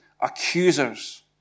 accusers